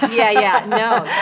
yeah, yeah. no,